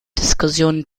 diskussionen